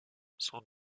sont